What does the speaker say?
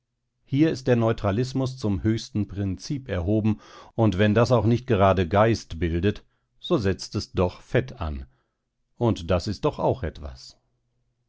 hier ist der neutralismus zum höchsten prinzip erhoben und wenn das auch nicht gerade geist bildet so setzt es doch fett an und das ist doch auch etwas